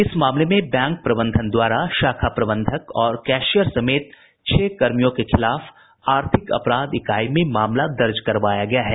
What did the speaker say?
इस मामले में बैंक प्रबंधन द्वारा शाखा प्रबंधक और कैशियर समेत छह कर्मियों के खिलाफ आर्थिक अपराध इकाई में मामला दर्ज करावाया गया है